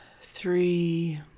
three